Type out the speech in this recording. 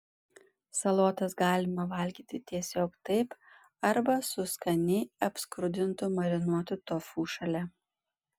salotas galima valgyti tiesiog taip arba su skaniai apskrudintu marinuotu tofu šalia